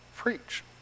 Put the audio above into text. Preach